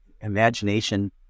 imagination